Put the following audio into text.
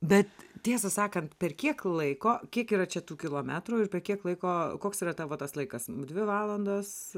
bet tiesą sakant per kiek laiko kiek yra čia tų kilometrų ir per kiek laiko koks yra tavo tas laikas dvi valandos